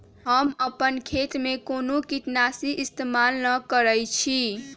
हम अपन खेत में कोनो किटनाशी इस्तमाल न करई छी